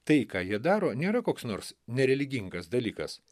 tai ką jie daro nėra koks nors nereligingas dalykas